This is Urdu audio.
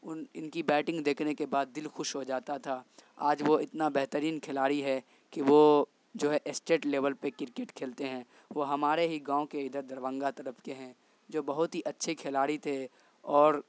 ان ان کی بیٹنگ دیکھنے کے بعد دل خوش ہو جاتا تھا آج وہ اتنا بہترین کھلاڑی ہے کہ وہ جو ہے اسٹیٹ لیول پہ کرکٹ کھیلتے ہیں وہ ہمارے ہی گاؤں کے ادھر دربھنگہ طرف کے ہیں جو بہت ہی اچھے کھلاڑی تھے اور